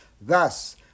thus